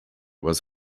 was